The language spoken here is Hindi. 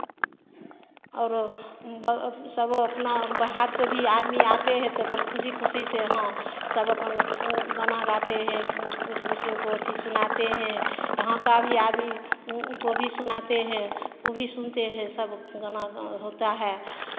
और सब अपना बाहर से भी आदमी आते हैं तो अपन खुशी खुशी से यहाँ सब अपन गाना गाते हैं एक दूसरे को अथि सुनाते हैं यहाँ का भी आदमी उनको भी सुनाते हैं वो भी सुनते हैं सब गाना होता है